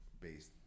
based